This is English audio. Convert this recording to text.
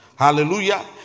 Hallelujah